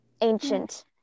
ancient